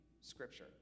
scripture